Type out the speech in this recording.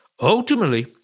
Ultimately